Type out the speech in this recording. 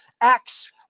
acts